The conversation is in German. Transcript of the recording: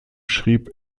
schrieb